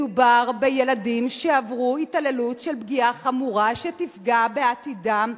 מדובר בילדים שעברו התעללות של פגיעה חמורה שתפגע בעתידם,